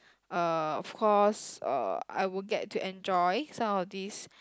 uh of course uh I would get to enjoy some of these